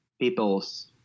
people's